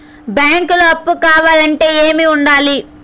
బ్యాంకులో అప్పు కావాలంటే ఏమేమి ఉండాలి?